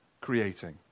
creating